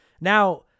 Now